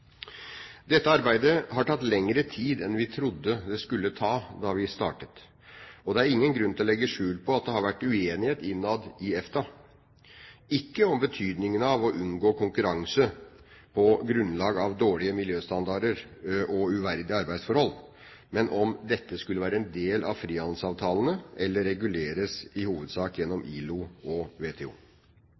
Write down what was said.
Dette arbeidet har tatt lengre tid enn vi trodde det skulle ta, da det startet, og det er ingen grunn til å legge skjul på at det har vært uenighet innad i EFTA – ikke om betydningen av å unngå konkurranse på grunnlag av dårlige miljøstandarder og uverdige arbeidsforhold, men om dette skulle være del av frihandelsavtalene eller i hovedsak reguleres gjennom ILO og WTO.